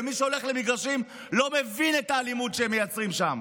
ומי שהולך למגרשים לא מבין את האלימות שהם מייצרים שם.